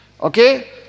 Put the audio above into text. Okay